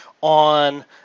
on